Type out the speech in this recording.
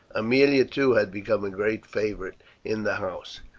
aemilia, too, had become a great favourite in the house.